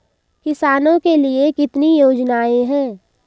किसानों के लिए कितनी योजनाएं हैं?